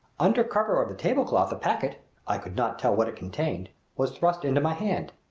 under cover of the tablecloth a packet i could not tell what it contained was thrust into my hand.